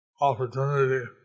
opportunity